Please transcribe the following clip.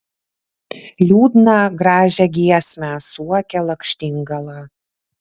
liūdną gražią giesmę suokė lakštingala